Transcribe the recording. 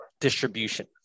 distribution